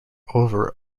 over